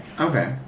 Okay